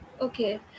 okay